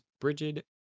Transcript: bridget